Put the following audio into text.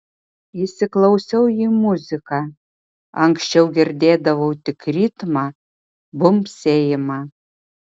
įsiklausiau į muziką anksčiau girdėdavau tik ritmą bumbsėjimą